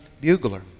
bugler